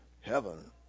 Heaven